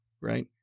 Right